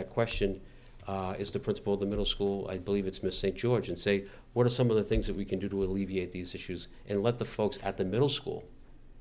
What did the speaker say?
that question is the principal of the middle school i believe it's missing george and say what are some of the things that we can do to alleviate these issues and let the folks at the middle school